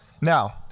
Now